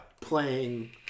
playing